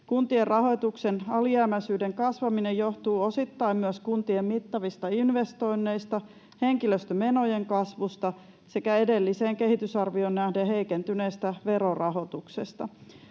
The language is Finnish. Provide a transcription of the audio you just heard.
Kuntien rahoituksen alijäämäisyyden kasvaminen johtuu osittain myös kuntien mittavista investoinneista, henkilöstömenojen kasvusta sekä edelliseen kehitysarvioon nähden heikentyneestä verorahoituksesta.